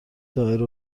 دائره